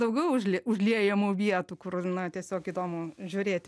daugiau užli užliejamų vietų kur na tiesiog įdomu žiūrėti